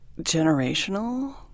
generational